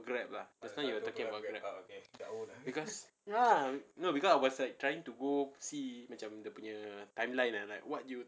Grab lah last time you were talking about Grab because ya no because I was like trying to go see macam dia punya timeline ah like what do you